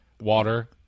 water